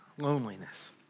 loneliness